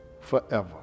forever